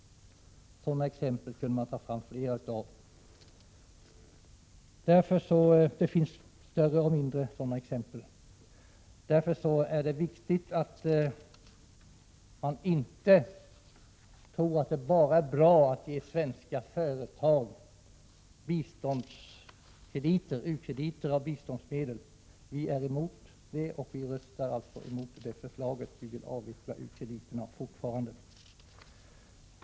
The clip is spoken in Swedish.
Sådana exempel kunde man ta fram flera av, större och mindre. Det är därför viktigt att man inte tror att det bara är bra att ge svenska företag u-krediter av biståndsmedel. Vi är emot detta förslag, och vi kommer att rösta emot det. Vi vill fortfarande avveckla u-krediterna.